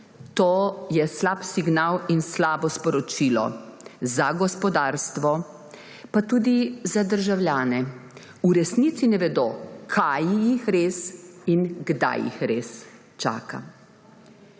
To je slab signal in slabo sporočilo za gospodarstvo, pa tudi za državljane. V resnici ne vedo, kaj jih res in kdaj jih res čaka.